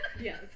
yes